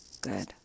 Good